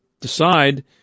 decide